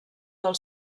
del